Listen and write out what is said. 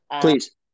Please